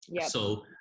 So-